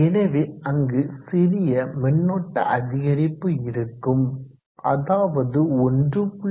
எனவே அங்கு சிறிய மின்னோட்ட அதிகரிப்பு இருக்கும் அதாவது 1